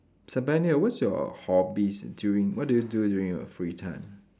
Zabaniyya what's your hobbies during what do you do during your free time